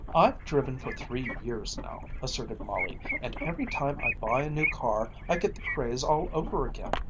i've driven for three years now, asserted molly, and every time i buy a new car i get the craze all over again.